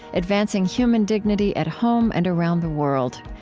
advancing human dignity at home and around the world.